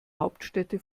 hauptstädte